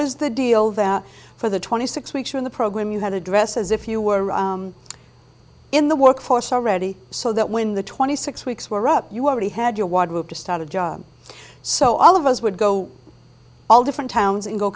was the deal that for the twenty six weeks of the program you had to dress as if you were in the workforce already so that when the twenty six weeks were up you already had your wardrobe to start a job so all of us would go all different towns and go